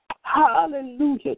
Hallelujah